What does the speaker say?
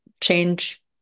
change